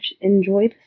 enjoy